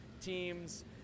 teams